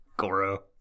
Goro